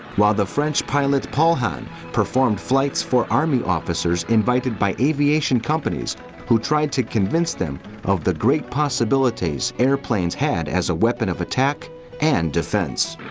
while the french pilot paulhan performed flights for army officers invited by aviation companies who tried to convince them of the great possibilities aeroplanes had as a weapon of attack and defence.